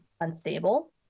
unstable